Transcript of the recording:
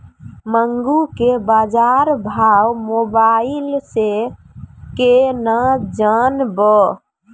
मूंग के बाजार भाव मोबाइल से के ना जान ब?